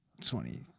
Twenty